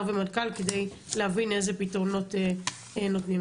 ומנכ"ל כדי להבין איזה פתרונות נותנים.